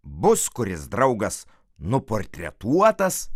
bus kuris draugas nuportretuotas